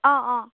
অঁ অঁ